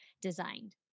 designed